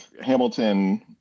Hamilton